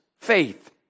faith